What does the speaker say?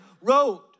wrote